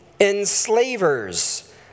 enslavers